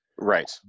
Right